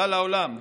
כלל העולם,